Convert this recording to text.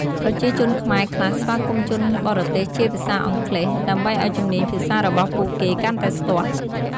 ប្រជាជនខ្មែរខ្លះស្វាគមន៍ជនបរទេសជាភាសាអង់គ្លេស ដើម្បីឲ្យជំនាញភាសារបស់ពួកគេកាន់តែស្ទាត់។